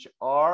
HR